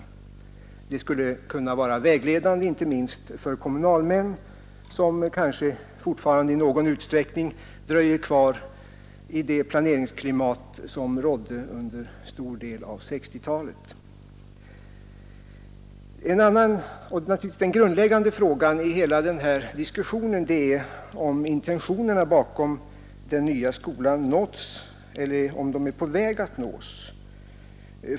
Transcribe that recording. Det skulle kunna vara vägledande, inte minst för kommunalmän, som kanske fortfarande i någon utsträckning dröjer sig kvar i det planeringsklimatsom rådde under en stor del av 1960-talet. Den grundläggande frågan i den här diskussionen är naturligtvis om intentionerna bakom den nya skolan nåtts eller om de är på väg att nås.